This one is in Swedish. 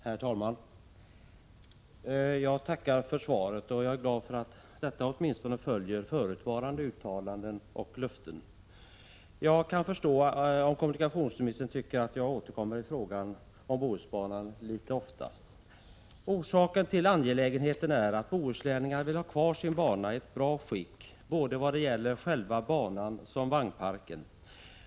Herr talman! Jag tackar för svaret, och jag är glad för att detta åtminstone följer förutvarande uttalanden och löften. Jag kan förstå om kommunikationsministern tycker att jag återkommer i frågan om Bohusbanan litet ofta. Orsaken till angelägenheten är att bohuslänningarna vill ha kvar sin bana i ett bra skick vad gäller själva banan och vagnparken.